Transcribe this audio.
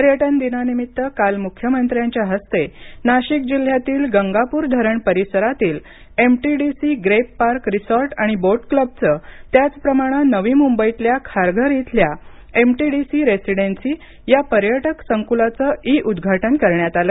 पर्यटन दिनानिमित्त काल मुख्यमंत्र्यांच्या हस्ते नाशिक जिल्ह्यातील गंगापूर धरण परिसरातील एमटीडीसी ग्रेप पार्क रिसॉर्ट आणि बोट क्लबचं त्याचप्रमाणे नवी मुंबईतल्या खारघर इथल्या एमटीडीसी रेसीडेन्सी या पर्यटक संकुलाचं ई उद्घाटन करण्यात आलं